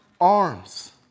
arms